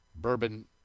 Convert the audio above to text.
bourbon